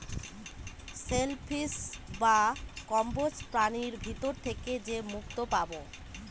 sell fish বা কম্বোজ প্রাণীর ভিতর থেকে যে মুক্তো পাবো